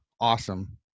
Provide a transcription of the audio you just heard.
awesome